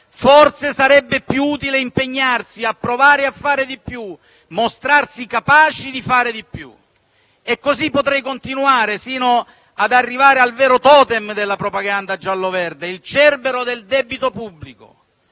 Forse sarebbe più utile impegnarsi a provare a fare di più, mostrarsi capaci di fare di più. Potrei continuare così sino ad arrivare al vero *totem* della propaganda giallo-verde: il cerbero del debito pubblico.